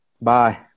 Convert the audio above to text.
Bye